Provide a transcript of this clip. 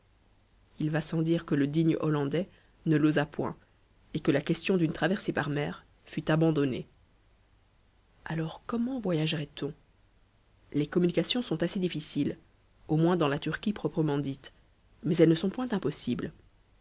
il va sans dire que le digne hollandais ne l'osa point et que la question d'une traversée par mer fut abandonnée alors comment voyagerait on les communications sont assez difficiles au moins dans la turquie proprement dite mais elles ne sont point impossibles